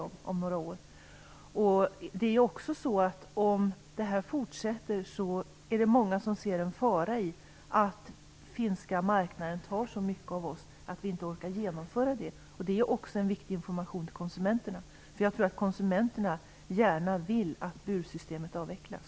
Om försäljningen av finska billiga ägg fortsätter ser många det som en fara att den finska marknaden tar så mycket av vår marknad att vi inte orkar genomföra beslutet. Det är också en viktig information till konsumenterna. Jag tror att konsumenterna gärna vill att bursystemet avvecklas.